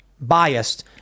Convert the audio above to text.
biased